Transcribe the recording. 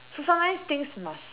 so sometimes things must